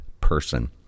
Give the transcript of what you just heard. person